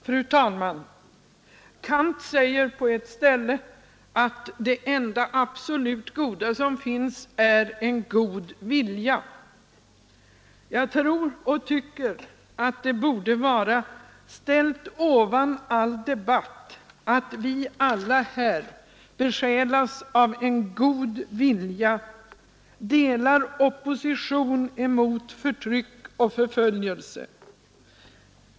Fru talman! Kant säger på ett ställe att det enda absolut goda som finns är en god vilja. Jag tror och tycker att det borde vara ställt ovan all debatt att vi alla här besjälas av en god vilja och tar del i opposition emot förtryck och förföljelse.